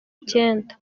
icyenda